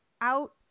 out